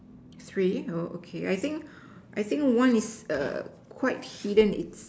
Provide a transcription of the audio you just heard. three oh okay I think I think one is quite hidden it's